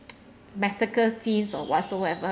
massacre scenes or whatsoever